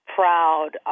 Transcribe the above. proud